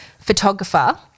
photographer